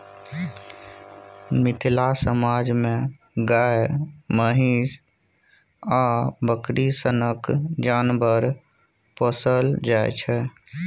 मिथिला समाज मे गाए, महीष आ बकरी सनक जानबर पोसल जाइ छै